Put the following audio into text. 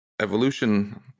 Evolution